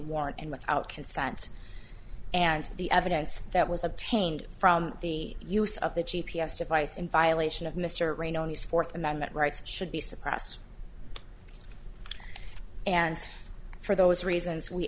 warrant and without consent and the evidence that was obtained from the use of the g p s device in violation of mr rein on his fourth amendment rights should be suppressed and for those reasons we